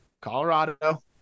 Colorado